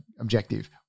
objective